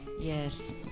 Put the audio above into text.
Yes